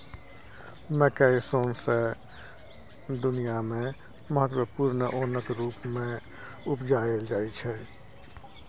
मकय सौंसे दुनियाँ मे महत्वपूर्ण ओनक रुप मे उपजाएल जाइ छै